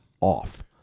off